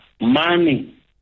money